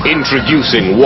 Introducing